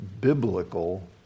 biblical